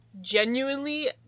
genuinely